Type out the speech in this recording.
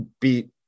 beat